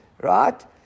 right